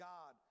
God